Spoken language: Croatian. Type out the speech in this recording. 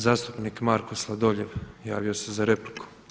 Zastupnik Marko Sladoljev javio se za repliku.